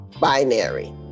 binary